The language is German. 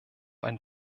ein